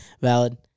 Valid